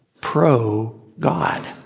pro-God